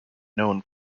known